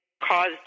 caused